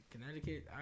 Connecticut